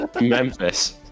memphis